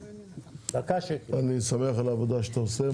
אני שמח על העבודה שאתה עושה.